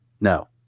No